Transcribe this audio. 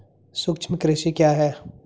सूक्ष्म कृषि क्या है?